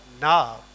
now